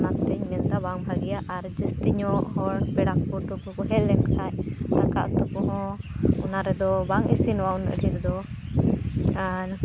ᱚᱱᱟᱛᱮᱧ ᱢᱮᱱᱫᱟ ᱵᱟᱝ ᱵᱷᱟᱜᱮᱭᱟ ᱟᱨ ᱡᱟᱹᱥᱛᱤᱧᱚᱜ ᱦᱚᱲ ᱯᱮᱲᱟ ᱠᱩᱴᱩᱢᱠᱚᱠᱚ ᱦᱮᱡᱞᱮᱱ ᱠᱷᱟᱡ ᱫᱟᱠᱟᱼᱩᱛᱩ ᱠᱚ ᱦᱚᱸ ᱚᱱᱟᱨᱮᱫ ᱵᱟᱝ ᱤᱥᱤᱱᱚᱜᱼᱟ ᱩᱱᱟᱹᱜ ᱰᱷᱮᱨᱫᱚ ᱟᱨ